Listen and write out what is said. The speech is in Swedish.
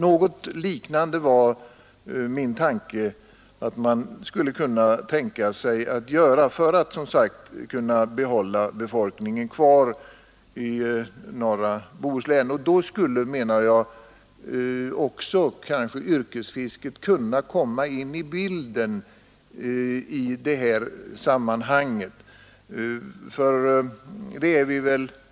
Min tanke var att man skulle 21 november 1972 kunna göra något liknande för att behålla befolkningen i norra Bohuslän. Då skulle, menar jag, också kanske yrkesfisket kunna komma in i bilden.